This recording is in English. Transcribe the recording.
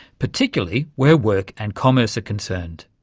particularly where work and commerce are concerned.